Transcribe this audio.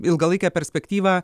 ilgalaikę perspektyvą